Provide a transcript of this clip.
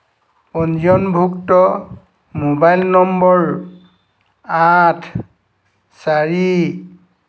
পঞ্জীয়নভুক্ত mobile number আঠ চাৰি